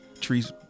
trees